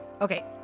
Okay